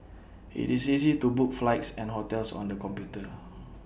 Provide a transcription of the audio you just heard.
IT is easy to book flights and hotels on the computer